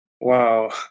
Wow